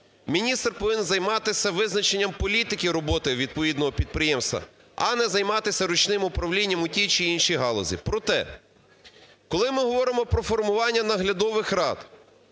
Міністр повинен займатися визначенням політики роботи відповідного підприємства, а не займатися ручним управлінням в тій чи іншій галузі. Проте, коли ми говоримо про формування наглядових рад,